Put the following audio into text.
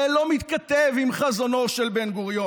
זה לא מתכתב עם חזונו של בן-גוריון.